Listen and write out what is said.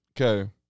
Okay